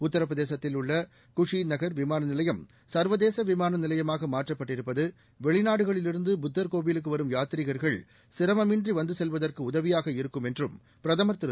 உத்தரபிரதேசத்தில் உள்ள குஷி நகர் விமான நிலையம் சர்வதேச விமான நிலையமாக மாற்றப்பட்டிருப்பது வெளி நாடுகளிலிருந்து புத்தர் கோவிலுக்கு வரும் யாத்ரிகர்கள் சிரமமின்றி வந்து செல்வதற்கு உதவியாக இருக்கும் என்றும் பிரதமர் திரு